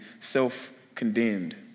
self-condemned